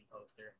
poster